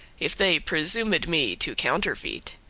if they presumed me to counterfeit.